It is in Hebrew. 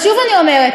אז שוב אני אומרת,